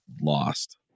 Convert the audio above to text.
lost